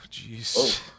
jeez